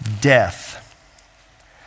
death